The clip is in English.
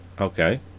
Okay